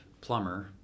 plumber